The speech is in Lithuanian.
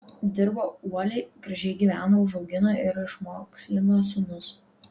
dirbo uoliai gražiai gyveno užaugino ir išmokslino sūnus